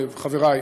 חברי,